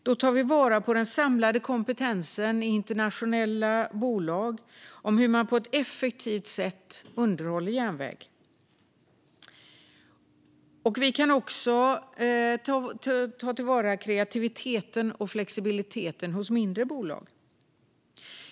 Då tar vi vara på den samlade kompetensen i internationella bolag om hur man på ett effektivt sätt underhåller järnväg. Vi kan också ta till vara kreativiteten och flexibiliteten hos mindre bolag.